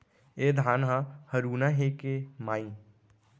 ए धान ह हरूना हे के माई?